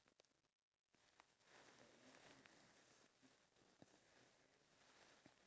I think the um clothing were actually made from wool sheep